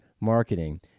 marketing